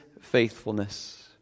faithfulness